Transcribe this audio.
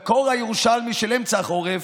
בקור הירושלמי של אמצע החורף,